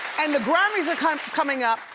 and the grammys are kind of coming up,